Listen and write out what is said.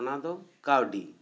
ᱚᱱᱟ ᱫᱚ ᱠᱟ ᱣᱰᱤ